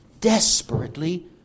desperately